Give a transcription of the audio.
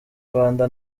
rwanda